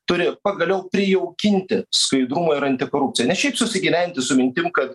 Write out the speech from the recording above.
turi pagaliau prijaukinti skaidrumą ir antikorupciją ne šiaip susigyventi su mintim kad